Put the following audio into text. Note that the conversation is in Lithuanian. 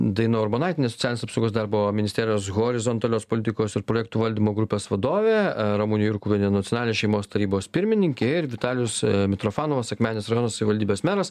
daina urbonaitienė socialinės apsaugos darbo ministerijos horizontalios politikos ir projektų valdymo grupės vadovė ramunė jurkuvienė nacionalinės šeimos tarybos pirmininkė ir vitalijus mitrofanovas akmenės rajono savivaldybės meras